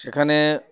সেখানে